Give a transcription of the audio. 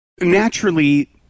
Naturally